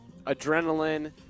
adrenaline